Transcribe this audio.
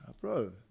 Bro